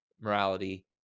morality